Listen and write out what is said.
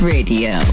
Radio